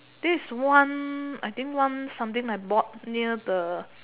this one I think one something near the